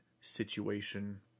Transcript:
situation